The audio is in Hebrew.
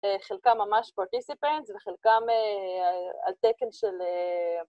חלקם ממש participants וחלקם על תקן של...